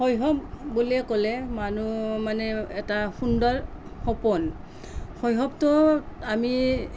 শৈশৱ বুলি ক'লে মানুহ মানে এটা সুন্দৰ সপোন শৈশৱটোত আমি